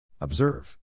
Observe